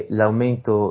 l'aumento